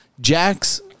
Jax